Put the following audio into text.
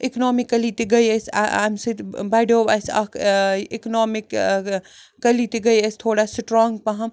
economically تہِ گٔے أسۍ اَمہِ سۭتۍ بڑھیٛو اسہِ اَکھ ٲں اکنوٛامِک ٲں کٔلی تہِ گٔے أسۍ تھوڑا سٹرانٛگ پہم